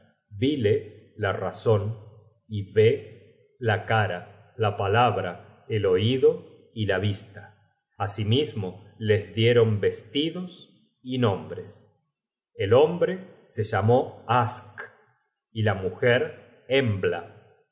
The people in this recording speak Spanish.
vile la razon y vé la cara la palabra el oido y la vista asimismo les dieron vestidos y nombres el hombre se llamó ask y la mujer embla